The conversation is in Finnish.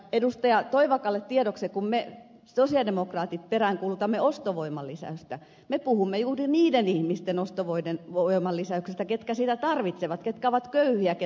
toivakalle tiedoksi että kun me sosialidemokraatit peräänkuulutamme ostovoiman lisäystä me puhumme juuri niiden ihmisten ostovoiman lisäyksestä ketkä sitä tarvitsevat ketkä ovat köyhiä keillä ei ole varaa kuluttaa